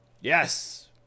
Yes